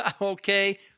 okay